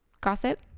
gossip